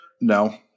No